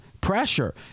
pressure